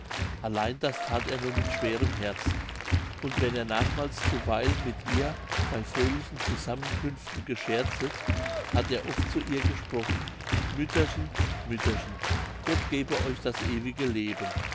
allein das that er nur mit schwerem herzen und wenn er hernachmals zuweilen mit ihr bei fröhlichen zusammenkünften gescherzet hat er oft zu ihr gesprochen mütterchen mütterchen gott gebe euch das ewige leben